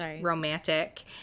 romantic